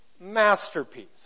masterpiece